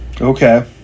Okay